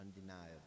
undeniable